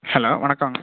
hello வணக்கங்க